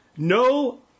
No